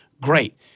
great